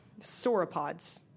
sauropods